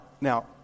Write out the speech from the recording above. now